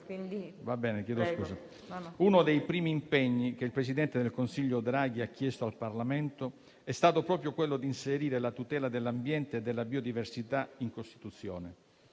Uno dei primi impegni che il presidente del Consiglio Draghi ha chiesto al Parlamento è stato proprio quello di inserire la tutela dell'ambiente e della biodiversità in Costituzione,